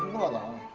hello.